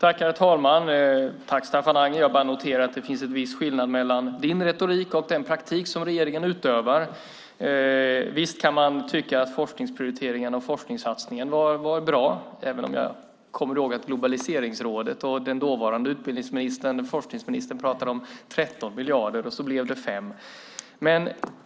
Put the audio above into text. Herr talman! Jag tackar Staffan Anger för det. Jag noterar att det finns en viss skillnad mellan din retorik och den praktik som regeringen utövar. Visst kan man tycka att forskningsprioriteringarna och forskningssatsningen var bra, även om jag kommer ihåg att Globaliseringsrådet och den dåvarande utbildningsministern och forskningsministern talade om 13 miljarder, och så blev det 5 miljarder.